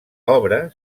obra